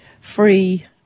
free